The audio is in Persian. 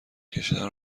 کشیدن